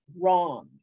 wrong